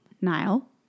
Nile